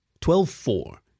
Twelve-four